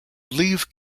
leave